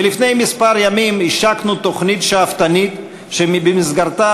ולפני כמה ימים השקנו תוכנית שאפתנית שבמסגרתה